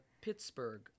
Pittsburgh